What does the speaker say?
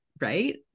right